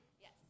Yes